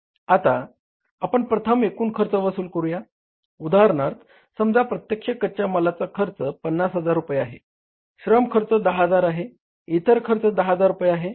आता आपण प्रथम एकूण खर्च वसूल करूया उदाहरणार्थ समजा प्रत्यक्ष कच्या मालाचा खर्च 50000 रुपये आहे श्रम खर्च 10000 आहे इतर खर्च 10000 रुपये आहे